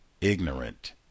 ignorant